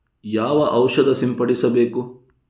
ಯಾವ ಔಷಧ ಸಿಂಪಡಿಸಬೇಕು?